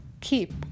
keep